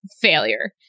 failure